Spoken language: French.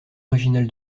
originale